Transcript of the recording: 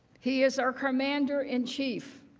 he is our commander in chief,